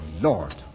Lord